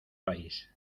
país